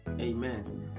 Amen